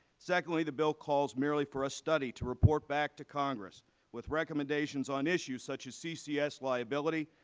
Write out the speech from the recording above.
secondly, the bill calls merely for a study to report back to congress with recommendations on issues such as ccs liability,